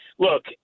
Look